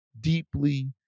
deeply